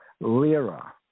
Lira